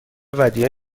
ودیعه